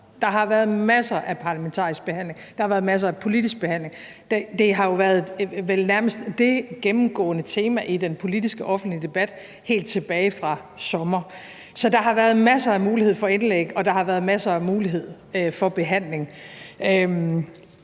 Der har været masser af parlamentarisk behandling, der har været masser af politisk behandling. Det har vel været nærmest det gennemgående tema i den politiske offentlige debat helt tilbage fra sommer, så der har været masser af mulighed for indlæg, og der har været masser af mulighed for behandling.